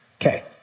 Okay